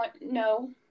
no